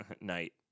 Night